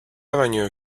avenue